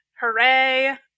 Hooray